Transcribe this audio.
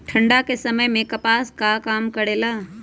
ठंडा के समय मे कपास का काम करेला?